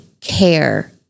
care